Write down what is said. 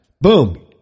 Boom